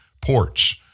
ports